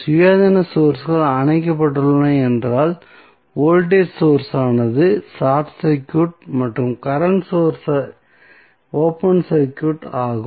சுயாதீன சோர்ஸ்கள் அணைக்கப்பட்டுள்ளன என்றால் வோல்டேஜ் சோர்ஸ் ஆனது ஷார்ட் சர்க்யூட் மற்றும் கரண்ட் சோர்ஸ் ஓபன் சர்க்யூட் ஆகும்